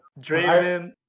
Draven